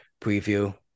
preview